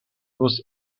was